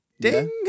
ding